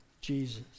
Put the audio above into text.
Jesus